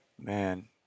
man